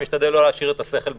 משתדל לא להשאיר את השכל בחוץ,